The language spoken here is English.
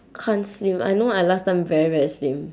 can't slim I know I last time very very slim